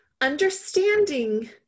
understanding